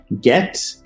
get